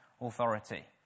authority